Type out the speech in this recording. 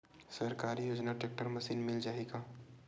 सरकारी योजना tractor machine मिल जाही का?